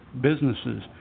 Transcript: businesses